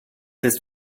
ist